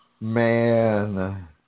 Man